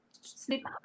sleep